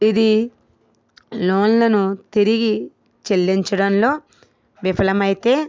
ఇది లోన్లను తిరిగి చెల్లించడంలో విఫలమైతే